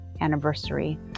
anniversary